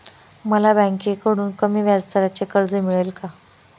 मला बँकेकडून कमी व्याजदराचे कर्ज मिळेल का?